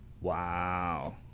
Wow